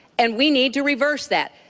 and we need to reverse that.